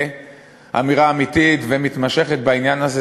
אמירה אמיתית ומתמשכת בעניין הזה.